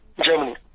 Germany